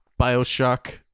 Bioshock